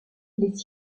les